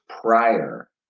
prior